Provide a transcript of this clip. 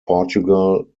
portugal